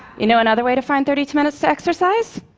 you know another way to find thirty two minutes to exercise?